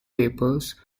papers